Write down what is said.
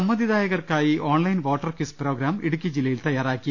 സമ്മതിദായകർക്കായി online voter quiz programme Idukki ജില്ലയിൽ തയ്യാറാക്കി